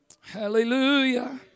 hallelujah